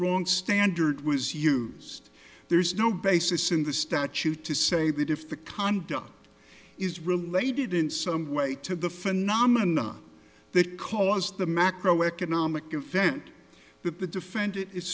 wrong standard was used there is no basis in the statute to say that if the conduct is related in some way to the phenomena that cause the macroeconomic event that the defendant is